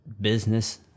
business